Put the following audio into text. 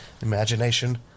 imagination